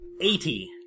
Eighty